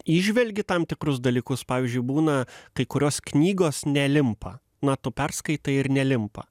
įžvelgi tam tikrus dalykus pavyzdžiui būna kai kurios knygos nelimpa na tu perskaitai ir nelimpa